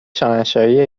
شاهنشاهی